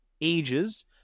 ages